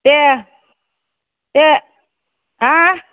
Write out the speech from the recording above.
दे दे